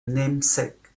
namesake